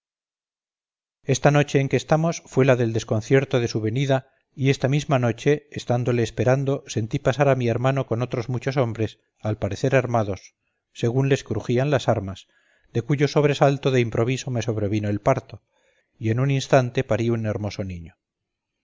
esta noche en que estamos fue la del concierto de su venida y esta misma noche estándole esperando sentí pasar a mi hermano con otros muchos hombres al parecer armados según les crujían las armas de cuyo sobresalto de improviso me sobrevino el parto y en un instante parí un hermoso niño